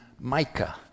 Micah